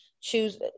choose